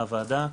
מהוועדה,